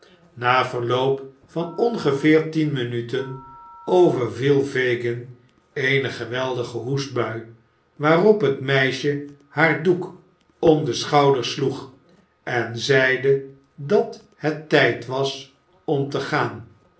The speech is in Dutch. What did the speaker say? na verloop van ongeveer tien minuten overviel fagin eene geweldige hoestbui waarop het meisje haar doek om de schouders sloeg en zeide dat het tijd was om te gaan